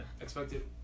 Expected